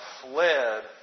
fled